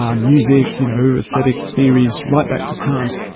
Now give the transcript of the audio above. um music, you know, aesthetic theories, right back to kant,